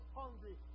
hungry